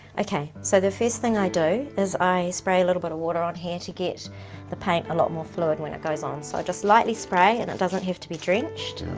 okay, so the first thing i do is i spray a little bit of water on here to get the paint a lot more fluid when it goes on. so i just lightly spray and it doesn't have to be drenched,